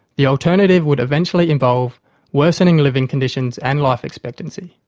the alternative would eventually involve worsening living conditions and life expectancy,